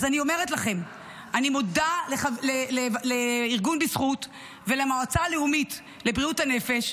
אז אני אומרת לכם: אני מודה לארגון בזכות ולמועצה הלאומית לבריאות הנפש,